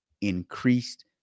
increased